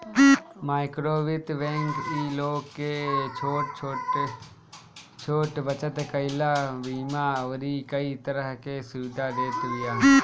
माइक्रोवित्त बैंक इ लोग के छोट छोट बचत कईला, बीमा अउरी कई तरह के सुविधा देत बिया